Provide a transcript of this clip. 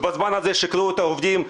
בזמן הזה שיקרו לעובדים.